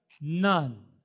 None